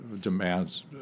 demands